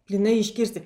plynai iškirsti